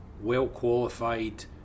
well-qualified